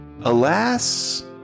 Alas